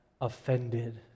offended